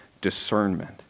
discernment